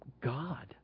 God